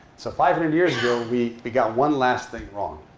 so five hundred years ago, we we got one last thing wrong.